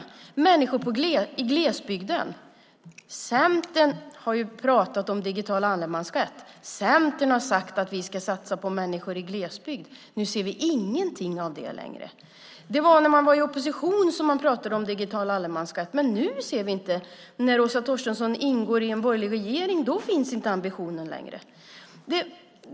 När det gäller människor i glesbygden har Centern pratat om digital allemansrätt. Centern har sagt att vi ska satsa på människor i glesbygd. Nu ser vi ingenting av det längre. Det var när man var i opposition som man pratade om digital allemansrätt, men nu när Åsa Torstensson ingår i en borgerlig regering finns inte ambitionen längre.